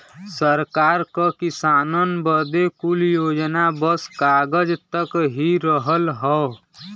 सरकार क किसानन बदे कुल योजना बस कागज तक ही रहल हौ